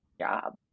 job